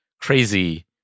crazy